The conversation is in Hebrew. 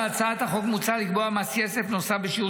בהצעת החוק מוצע לקבוע מס יסף נוסף בשיעור